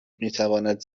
میتواند